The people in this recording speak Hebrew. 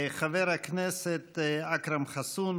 חבר הכנסת אכרם חסון,